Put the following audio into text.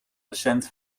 recent